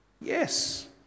yes